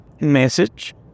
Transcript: message